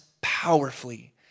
powerfully